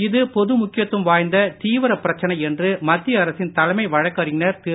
இது பொது முக்கியத்துவம் வாய்ந்த தீவிர பிரச்சனை என்று மத்திய அரசின் தலைமை வழக்கறிஞர் திரு